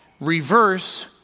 reverse